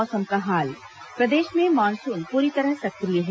मौसम प्रदेश में मानसून पूरी तरह सक्रिय है